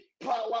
power